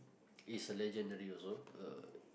is a legendary also uh